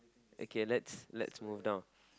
okay let's let's move down